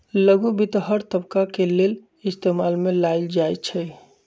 लघु वित्त हर तबका के लेल इस्तेमाल में लाएल जाई छई